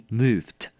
moved